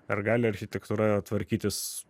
ar gali architektūra tvarkytis